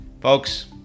Folks